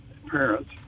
parents